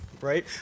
right